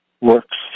works